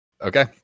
Okay